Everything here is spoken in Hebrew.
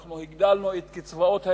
אנחנו הגדלנו את קצבאות הילדים,